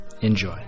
Enjoy